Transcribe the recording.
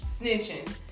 snitching